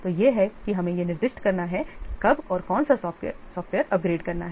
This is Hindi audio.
तो यह है कि हमें यह निर्दिष्ट करना है कि कब और कौन सा सॉफ़्टवेयर अपग्रेड करना है